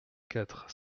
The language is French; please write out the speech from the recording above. quatre